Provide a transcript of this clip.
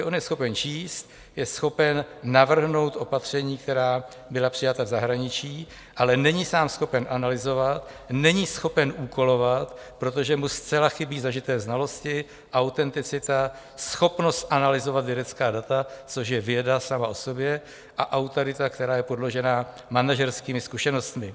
On je schopen číst, je schopen navrhnout opatření, která byla přijata v zahraničí, ale není sám schopen analyzovat, není schopen úkolovat, protože mu zcela chybí zažité znalosti, autenticita, schopnost analyzovat vědecká data, což je věda sama o sobě, a autorita, která je podložená manažerským zkušenostmi.